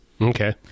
Okay